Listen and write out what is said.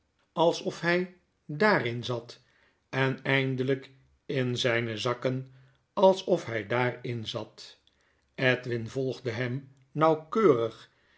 alsof hij dar in zat en eindelijk in zijne zakken alsof hij daar in zat edwin volgde hem nauwkeurig